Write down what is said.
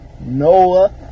Noah